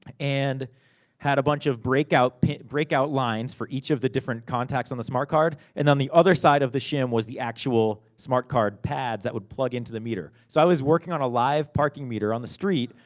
and had a bunch of break-out break-out lines, for each of the different contacts on the smart card. and, on the other side of the shim, was the actual smart card pads, that would plug into the meter. so, i was working on a live parking meter, on the street,